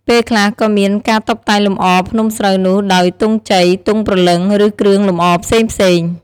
ពេលខ្លះក៏មានការតុបតែងលម្អភ្នំស្រូវនោះដោយទង់ជ័យ ទង់ព្រលឹង ឬគ្រឿងលម្អផ្សេងៗ។